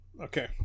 Okay